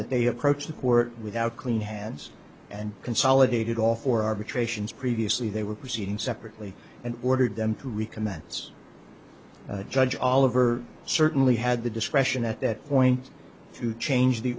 that they approached the court without clean hands and consolidated all four arbitrations previously they were proceeding separately and ordered them to recommit its judge all over certainly had the discretion at that point to change the